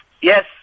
yes